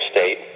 State